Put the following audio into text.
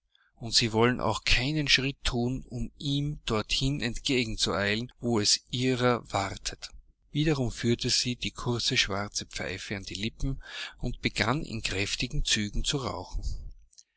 und sie wollen auch keinen schritt thun um ihm dorthin entgegen zu eilen wo es ihrer wartet wiederum führte sie die kurze schwarze pfeife an die lippen und begann in kräftigen zügen zu rauchen